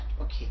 okay